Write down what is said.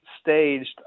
staged